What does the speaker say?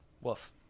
Woof